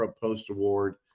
post-award